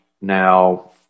now